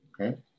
Okay